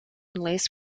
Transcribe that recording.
unless